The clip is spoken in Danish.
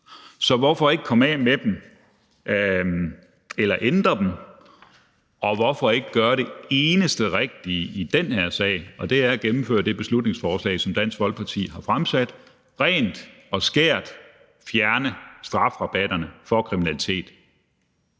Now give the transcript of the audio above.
Så hvorfor ikke komme af med dem eller ændre dem, og hvorfor ikke gøre det eneste rigtige i den her sag? Det er at gennemføre det her beslutningsforslag, som Dansk Folkeparti har fremsat, om rent og skært at fjerne strafrabatterne for kriminalitet.